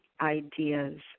ideas